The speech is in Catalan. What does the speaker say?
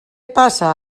passa